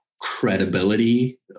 credibility